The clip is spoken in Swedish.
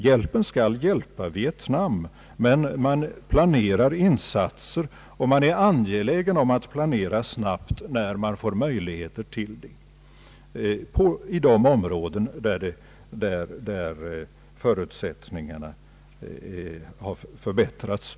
Insatserna skall hjälpa Vietnam, och man är angelägen att planera snabbt när möjlighet därtill ges för de områden där förutsättningarna har förbättrats.